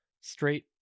Straight